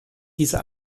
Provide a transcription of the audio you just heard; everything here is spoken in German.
diese